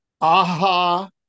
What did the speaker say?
Aha